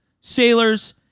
sailors